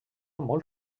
molt